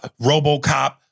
RoboCop